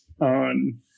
on